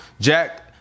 Jack